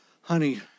Honey